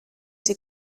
sie